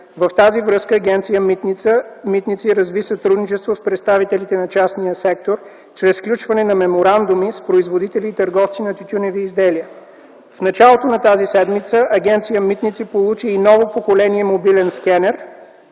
В тази връзка Агенция „Митници” разви сътрудничество с представителите на частния сектор чрез сключване на меморандуми с производители и търговци на тютюневи изделия. В началото на тази седмица Агенция „Митници” получи и ново поколение мобилен скенер,